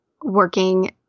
working